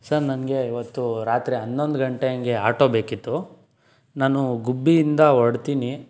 sir ನನಗೆ ಇವತ್ತು ರಾತ್ರಿ ಹನ್ನೊಂದು ಗಂಟೆ ಹಾಗೆ ಆಟೋ ಬೇಕಿತ್ತು ನಾನು ಗುಬ್ಬಿಯಿಂದ ಹೊರ್ಡ್ತೀನಿ